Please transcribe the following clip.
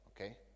Okay